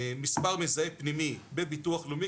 מס' מזהה פנימי בביטוח לאומי,